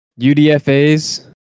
UDFAs